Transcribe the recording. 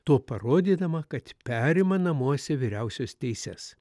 tuo parodydama kad perima namuose vyriausios teises